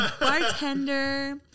Bartender